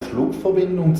flugverbindung